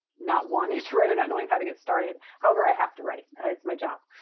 not wanting to write or not knowing how to get started however, i have to write. it's my job.